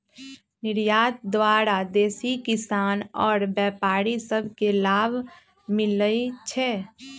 निर्यात द्वारा देसी किसान आऽ व्यापारि सभ के लाभ मिलइ छै